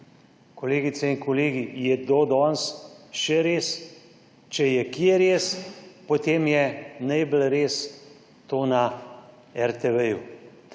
Kolegice in kolegi, je to danes še res? Če je kje res, potem je to najbolj res na RTV.